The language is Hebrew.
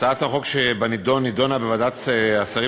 הצעת החוק שבנדון נדונה בוועדת השרים